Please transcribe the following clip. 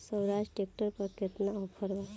Swaraj tractor पर केतना offer बा?